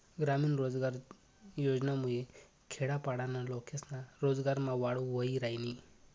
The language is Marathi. ग्रामीण रोजगार योजनामुये खेडापाडाना लोकेस्ना रोजगारमा वाढ व्हयी रायनी